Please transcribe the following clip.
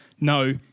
No